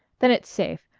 then it's safe,